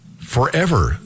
forever